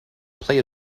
play